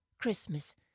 christmas